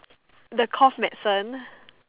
the cough medicine